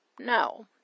No